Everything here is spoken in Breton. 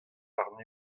warn